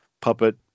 puppet